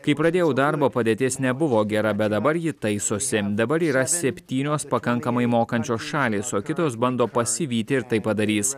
kai pradėjau darbą padėtis nebuvo gera bet dabar ji taisosi dabar yra septynios pakankamai mokančios šalys o kitos bando pasivyti ir tai padarys